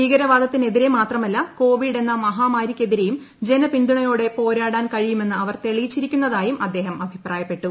ഭീകരവാദത്തിനെതിരെ മാത്രമല്ല കോവിഡ് എന്ന മഹാമാരിക്കെതിരെയും ജനപിന്തുണയോടെ പോരാടാൻ കഴിയുമെന്ന് അവർ തെളിയിച്ചിരിക്കുന്നതായും അദ്ദേഹം അഭിപ്രായപ്പെട്ടു